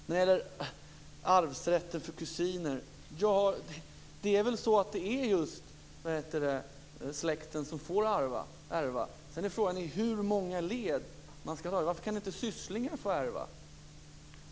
När det gäller arvsrätten för kusiner vill jag säga att det är just släkten som får ärva. Sedan är frågan i hur många led som släkten skall ärva. Varför kan inte sysslingar får ärva?